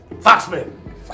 Foxman